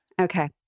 Okay